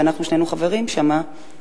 ואנחנו שנינו חברים שם,